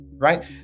Right